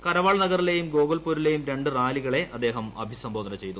കരവാൾ നഗറിലെയും ഗോകുൽപൂരിലെയും രണ്ട് റാലികളെ അദ്ദേഹം അഭിസംബോധന ചെയ്തു